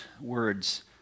words